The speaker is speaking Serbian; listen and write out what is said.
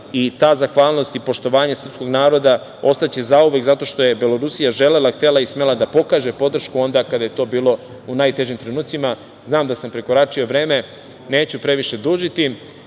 a ta zahvalnost i poštovanje srpskog naroda ostaće zauvek zato što je Belorusija želela, htela i smela da pokaže podršku onda kada je to bilo u najtežim trenucima. Znam da sam prekoračio vreme, neću previše dužiti. Gospođo